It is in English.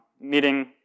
meeting